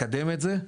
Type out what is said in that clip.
לקדם את זה,